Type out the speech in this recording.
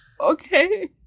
okay